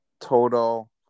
total